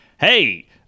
hey